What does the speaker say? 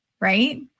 right